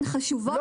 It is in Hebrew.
הן חשובות,